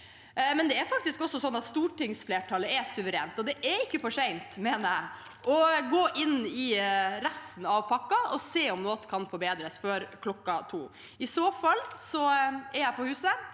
Men det er faktisk også sånn at stortingsflertallet er suverent, og det er ikke for sent, mener jeg, å gå inn i resten av pakken og se om noe kan forbedres før kl. 14. I så fall er jeg på huset.